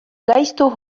gaizto